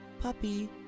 Puppy